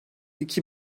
iki